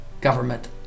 government